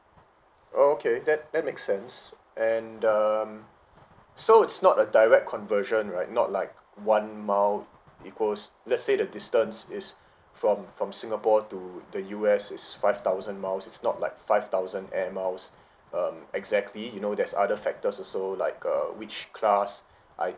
oh okay that that makes sense and um so it'S not a direct conversion right not like one mile equals let's say the distance is from from singapore to the U_S is five thousand miles it'S not like five thousand air miles um exactly you know there'S other factors also like uh which class I